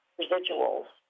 residuals